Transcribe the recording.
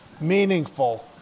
meaningful